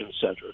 center